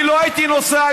אני לא הייתי נוסע,